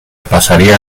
pasaría